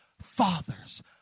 father's